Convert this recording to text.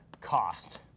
cost